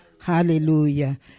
Hallelujah